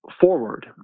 forward